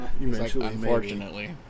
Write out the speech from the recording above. Unfortunately